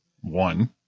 one